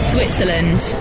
Switzerland